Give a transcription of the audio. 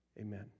Amen